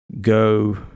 go